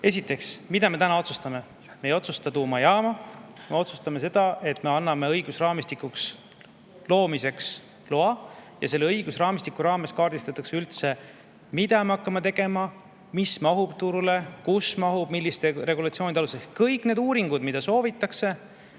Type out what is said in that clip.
mida me täna otsustame? Me ei otsusta tuumajaama, me otsustame seda, et me anname õigusraamistiku loomiseks loa. Selle õigusraamistiku raames kaardistatakse üldse, mida me hakkame tegema, mis mahub turule, kus mahub, milliste regulatsioonide alusel. Kõik need uuringud, mida soovitakse,